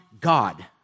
God